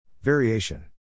Variation